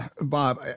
Bob